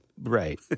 right